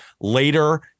later